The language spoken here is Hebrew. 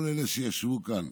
כל אלה שישבו כאן,